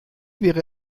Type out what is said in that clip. wäre